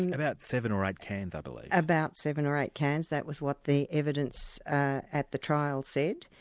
about seven or eight cans i believe. about seven or eight cans, that was what the evidence at the trial said.